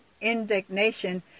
indignation